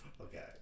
Okay